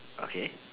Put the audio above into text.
okay